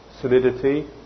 solidity